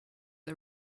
are